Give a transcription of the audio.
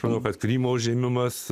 manau kad krymo užėmimas